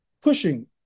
pushing